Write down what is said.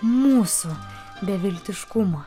mūsų beviltiškumo